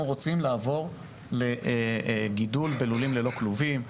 רוצים לעבור לגידול בלולים ללא כלובים.